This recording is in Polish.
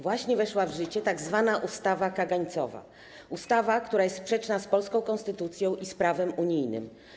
Właśnie weszła w życie tzw. ustawa kagańcowa, ustawa, która jest sprzeczna z polską konstytucją i z prawem unijnym.